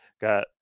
got